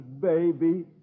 Baby